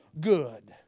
good